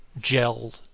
gelled